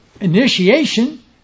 initiation